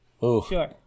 Sure